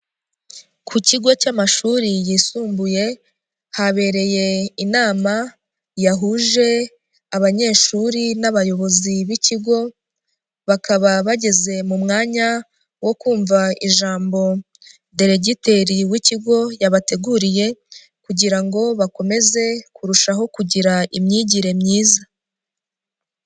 Ku kigo cy'amashuri yisumbuye, habereye inama yahuje, abanyeshuri n'abayobozi b'ikigo, bakaba bageze mu mwanya wo kumva ijambo deregiteri w'ikigo yabateguriye kugira ngo bakomeze kurushaho kugira imyigire myiza.